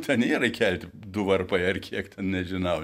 ten yra įkelti du varpai ar kiek ten nežinau